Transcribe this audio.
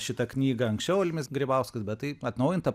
šitą knygą anksčiau almis grybauskas bet tai atnaujinta